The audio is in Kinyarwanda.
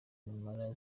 impala